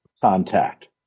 contact